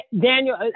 Daniel